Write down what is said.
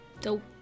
Dope